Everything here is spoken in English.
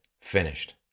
finished